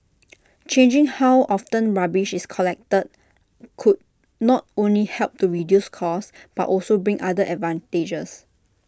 changing how often rubbish is collected could not only help to reduce costs but also bring other advantages